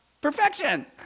perfection